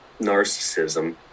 narcissism